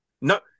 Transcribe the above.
No